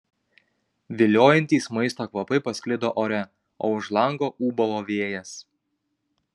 viliojantys maisto kvapai pasklido ore o už lango ūbavo vėjas